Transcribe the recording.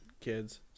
kids